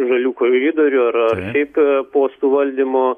žalių koridorių ar ar šiaip po suvaldymo